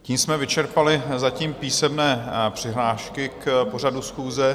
Tím jsme vyčerpali zatím písemné přihlášky k pořadu schůze.